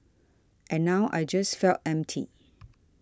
and now I just felt empty